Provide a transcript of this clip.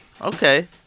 Okay